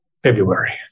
February